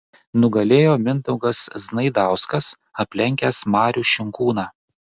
nugalėjo mindaugas znaidauskas aplenkęs marių šinkūną